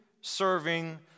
serving